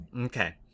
Okay